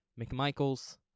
McMichaels